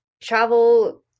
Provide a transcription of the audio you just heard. travel